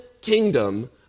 kingdom